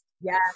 Yes